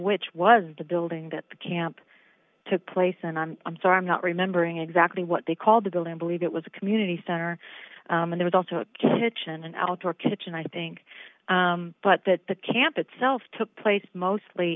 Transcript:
which was the building that the camp took place and i'm so i'm not remembering exactly what they called the building believe it was a community center and there's also a kitchen and outdoor kitchen i think but that the camp itself took place mostly